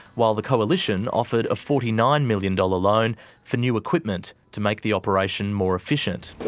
while the coalition offered a forty nine million dollars loan for new equipment to make the operation more efficient.